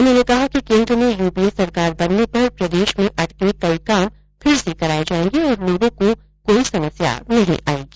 उन्होंने कहा कि केन्द्र में यूपीए सरकार बनने पर प्रदेश में अटके कई काम फिर से कराये जायेंगे और लोगों को कोई समस्या नहीं आयेगी